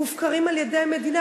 מופקרים על-ידי המדינה,